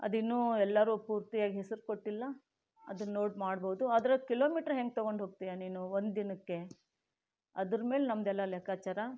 ಅದಿನ್ನೂ ಎಲ್ಲರೂ ಪೂರ್ತಿಯಾಗಿ ಹೆಸರು ಕೊಟ್ಟಿಲ್ಲ ಅದನ್ನು ನೋಡಿ ಮಾಡ್ಬೋದು ಆದರೆ ಕಿಲೋಮೀಟರ್ ಹೇಗೆ ತಗೊಂಡು ಹೋಗ್ತಿಯ ನೀನು ಒಂದು ದಿನಕ್ಕೆ ಅದರ ಮೇಲೆ ನಮದೆಲ್ಲ ಲೆಕ್ಕಚಾರ